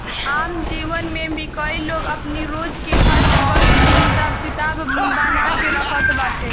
आम जीवन में भी कई लोग अपनी रोज के खर्च वर्च के हिसाब किताब बना के रखत बाटे